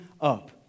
up